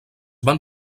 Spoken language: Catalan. van